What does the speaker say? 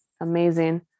Amazing